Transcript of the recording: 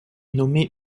nommé